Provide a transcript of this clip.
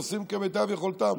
עושים כמיטב יכולתם.